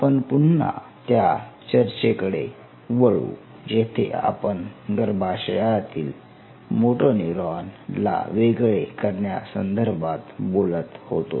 आपण पुन्हा त्या चर्चेकडे वळू जेथे आपण गर्भाशयातील मोटोनेरॉन ला वेगळे करण्यासंदर्भात बोलत होतो